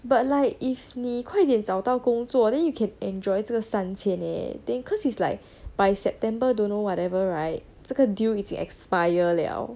but like if 你快点找到工作 then you can enjoy 这个三千 leh then cause it's like by september don't know whatever right 这个 deal 已经 expire liao